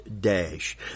dash